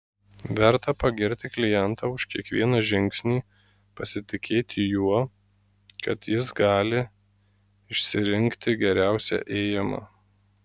verta pagirti klientą už kiekvieną žingsnį pasitikėti juo kad jis gali išsirinkti geriausią ėjimą